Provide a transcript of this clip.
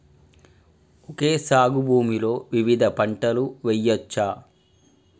Okay సాగు భూమిలో వివిధ పంటలు వెయ్యచ్చా?